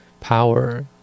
power